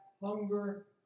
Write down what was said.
hunger